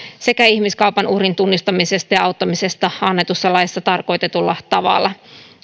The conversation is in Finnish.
sekä ihmiskaupan uhrin tunnistamisesta ja auttamisesta annetussa laissa tarkoitetulla tavalla